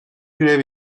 grev